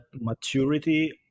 maturity